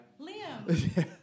Liam